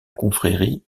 confrérie